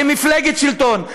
כמפלגת שלטון,